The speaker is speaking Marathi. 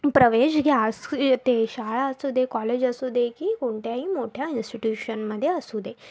प्रवेश घ्या अस् ते शाळा असू दे कॉलेज असू दे की कोणत्याही मोठ्या इन्स्टिट्यूशनमध्ये असू दे